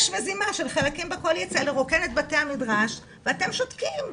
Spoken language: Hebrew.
יש משימה של חלקים בקואליציה לרוקן את בתי המדרש ואתם שותקים.